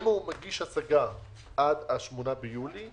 אם הוא מגיש הסגה עד ה-8 ביולי,